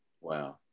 Wow